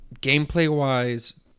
Gameplay-wise